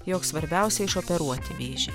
jog svarbiausia išoperuoti vėžį